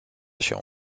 się